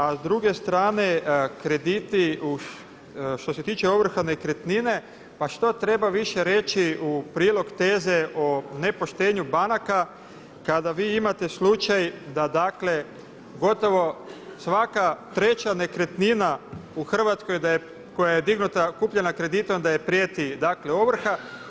A s druge strane krediti, što se tiče ovrha nekretnine, pa što treba više reći u prilog teze o nepoštenju banaka kada vi imate slučaj da dakle gotovo svaka treća nekretnina u Hrvatskoj koja je kupljena kreditom da joj prijeti dakle ovrha.